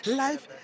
life